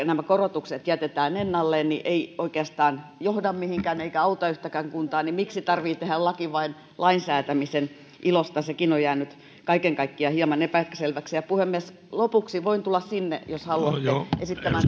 nämä korotukset jätetään ennalleen ei oikeastaan johda mihinkään eikä auta yhtäkään kuntaa miksi tarvitsee tehdä laki vain lainsäätämisen ilosta sekin on jäänyt kaiken kaikkiaan hieman epäselväksi puhemies lopuksi voin tulla sinne jos haluatte esittämään